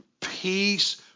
peace